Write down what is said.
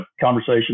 conversation